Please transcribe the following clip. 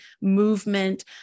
movement